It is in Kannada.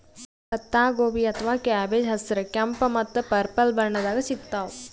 ಪತ್ತಾಗೋಬಿ ಅಥವಾ ಕ್ಯಾಬೆಜ್ ಹಸ್ರ್, ಕೆಂಪ್ ಮತ್ತ್ ಪರ್ಪಲ್ ಬಣ್ಣದಾಗ್ ಸಿಗ್ತಾವ್